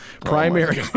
primary